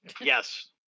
Yes